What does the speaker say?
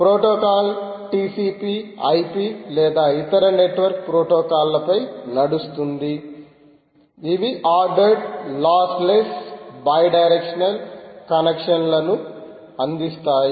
protocol TCP IP లేదా ఇతర network protocol లపై నడుస్తుంది ఇవి ఆర్డర్డ్ లాస్లెస్ బైడైరెక్షనల్ కనెక్షన్లను అందిస్తాయి